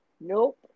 Nope